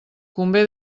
convé